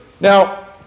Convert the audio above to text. Now